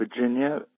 virginia